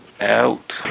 Out